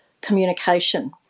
communication